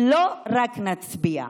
אנחנו לא רק נצביע,